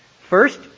First